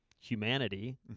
humanity